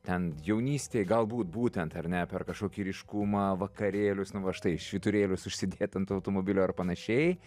ten jaunystėj galbūt būtent ar ne per kažkokį ryškumą vakarėlius nu va štai švyturėlius užsidėt ant automobilio ar panašiai